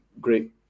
great